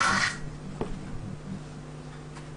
אני